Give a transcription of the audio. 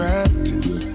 Practice